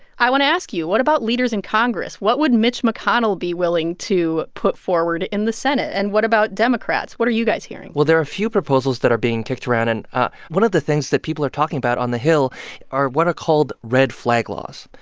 i want to ask you, what about leaders in congress? what would mitch mcconnell be willing to put forward in the senate? and what about democrats? what are you guys hearing? well, there are a few proposals that are being kicked around. and one of the things that people are talking about on the hill are what are called red-flag laws.